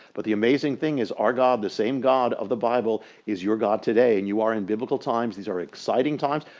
but the amazing thing is our god, the same god of the bible is your god today and you are in biblical times. these are exciting times,